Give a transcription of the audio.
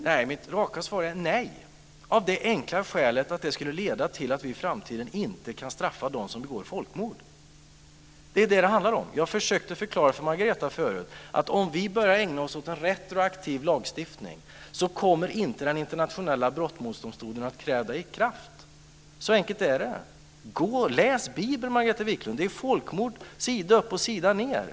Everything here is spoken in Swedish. Fru talman! Mitt raka svar är nej, av det enkla skälet att det skulle leda till att vi i framtiden inte kan straffa dem som begår folkmord. Det är vad det handlar om. Jag har försökt att förklara för Margareta Viklund att om vi börjar ägna oss åt retroaktiv lagstiftning kommer den internationella brottmålsdomstolen inte att träda i kraft. Så enkelt är det. Läs Bibeln, Margareta Viklund. Det är folkmord sida upp och sida ned.